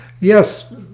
yes